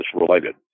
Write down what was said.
related